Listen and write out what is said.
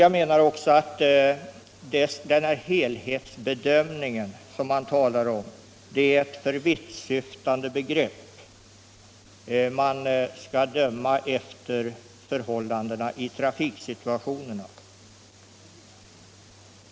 Jag menar också att den helhetsbedömning som det talas om är ett för vittsyftande begrepp. Man bör döma efter förhållandena i trafiksituationerna.